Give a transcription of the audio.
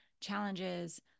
challenges